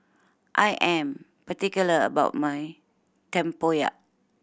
I am particular about my tempoyak